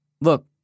look